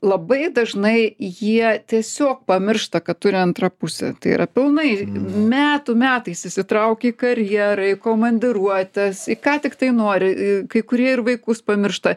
labai dažnai jie tiesiog pamiršta kad turi antrą pusę tai yra pilnai metų metais įsitraukia į karjerą į komandiruotes į ką tiktai nori kai kurie ir vaikus pamiršta